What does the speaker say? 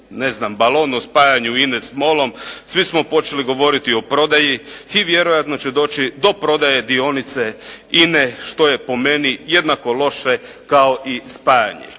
ne znam balon o spajanju INA-e s Molom, svi smo počeli govoriti o prodaji i vjerojatno će doći do prodaje dionice INA-e što je po meni jednako loše kao i spajanje.